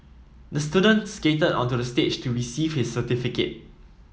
the student skated onto the stage to receive his certificate